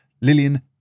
Lillian